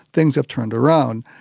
things have turned around,